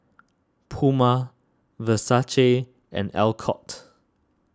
Puma Versace and Alcott